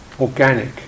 organic